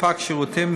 כספק שירותים,